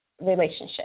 relationship